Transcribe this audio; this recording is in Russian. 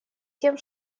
тем